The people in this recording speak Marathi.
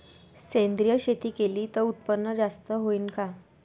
सेंद्रिय शेती केली त उत्पन्न जास्त होईन का?